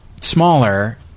smaller